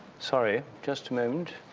sorry, just um and